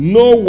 no